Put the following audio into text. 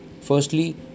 Firstly